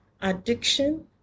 addiction